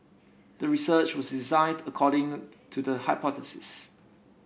the research was designed according to the hypothesis